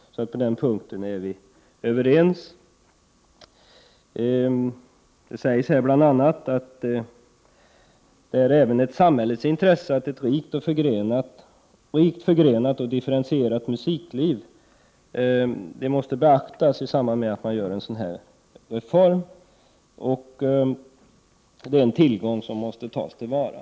På den punkten är vi överens. Det sägs bl.a. att ”även samhällets intresse av ett rikt förgrenat och differentierat musikliv måste beaktas” i samband med att man genomför en sådan här reform, och att kyrkomusikalisk verksamhet är ”en tillgång som måste tas till vara”.